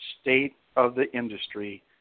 state-of-the-industry